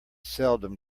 seldom